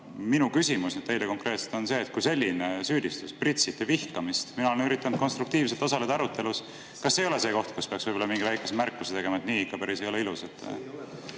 minu küsimus teile konkreetselt on see: kui on selline süüdistus, et me pritsime vihkamist – mina olen üritanud konstruktiivselt osaleda arutelus –, siis kas see ei ole see koht, kus peaks võib-olla mingi väikese märkuse tegema, et päris nii ikka ei ole ilus? Aitäh,